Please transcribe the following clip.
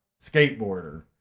Skateboarder